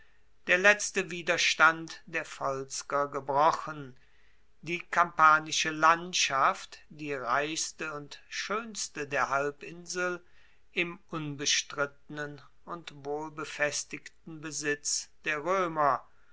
der letzte widerstand der volsker gebrochen die kampanische landschaft die reichste und schoenste der halbinsel im unbestrittenen und wohlbefestigten besitz der roemer